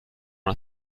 una